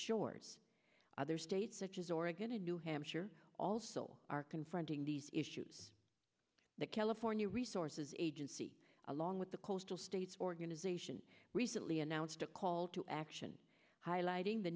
shores other states such as oregon and new hampshire also are confronting these issues the california resources agency along with the coastal states organization recently announced a call to action highlighting the